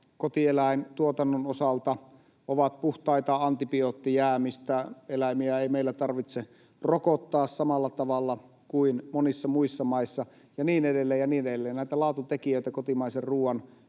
kotieläintuotannon osalta ovat puhtaita antibioottijäämistä — eläimiä ei meillä tarvitse rokottaa samalla tavalla kuin monissa muissa maissa — ja niin edelleen ja niin edelleen. Näitä laatutekijöitä kotimaisen ruoan